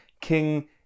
King